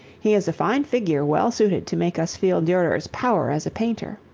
he is a fine figure well suited to make us feel durer's power as a painter.